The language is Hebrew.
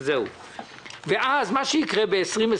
ואז מה שיקרה ב-2020